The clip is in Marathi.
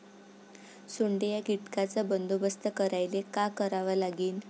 सोंडे या कीटकांचा बंदोबस्त करायले का करावं लागीन?